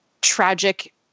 tragic